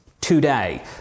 Today